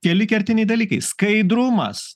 keli kertiniai dalykai skaidrumas